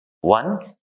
one